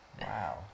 Wow